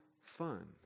fun